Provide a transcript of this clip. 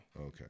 Okay